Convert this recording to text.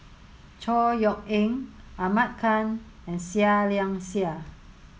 Chor Yeok Eng Ahmad Khan and Seah Liang Seah